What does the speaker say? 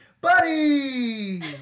Buddy